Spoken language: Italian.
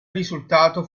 risultato